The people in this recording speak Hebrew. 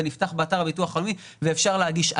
ונפתח באתר הביטוח לאומי ואפשר להגיש.